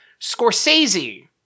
scorsese